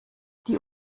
die